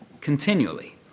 continually